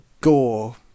gore